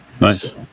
Nice